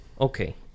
Okay